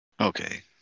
Okay